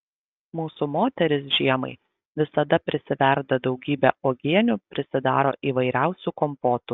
mūsų moterys žiemai visada prisiverda daugybę uogienių prisidaro įvairiausių kompotų